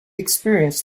experienced